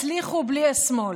לא יצליחו בלי השמאל.